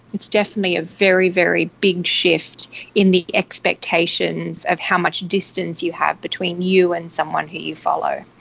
it's definitely a very, very big shift in the expectations of how much distance you have between you and someone who you follow.